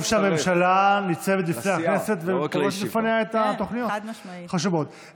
טוב שהממשלה ניצבת בפני הכנסת ופורסת בפניה את התוכניות החשובות.